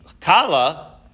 Kala